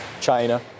China